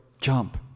jump